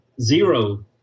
zero